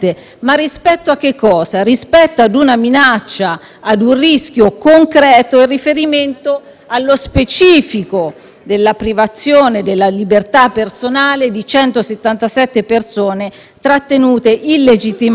allo specifico della privazione della libertà personale di 177 persone trattenute illegittimamente per sei giorni a bordo di una nave della Marina militare italiana nel porto di Catania.